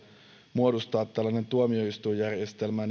muodostaa tällainen tuomioistuinjärjestelmä